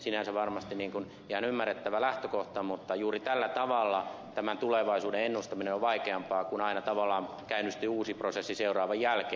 sinänsä varmasti niin kuin ihan ymmärrettävä lähtökohta mutta juuri tällä tavalla tämän tulevaisuuden ennustaminen on vaikeampaa kun aina tavallaan käynnistyy uusi prosessi seuraavan jälkeen